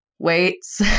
Weights